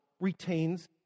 retains